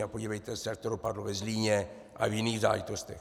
A podívejte se, jak to dopadlo ve Zlíně a v jiných záležitostech.